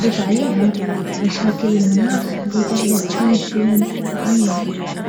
ضيف عليها مشاكل المناخ اللي قاعدة تزيد يوم عن يوم